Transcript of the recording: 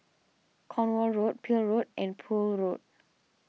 Cornwall Road Peel Road and Poole Road